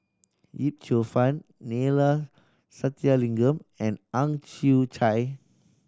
Yip Cheong Fun Neila Sathyalingam and Ang Chwee Chai